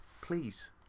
please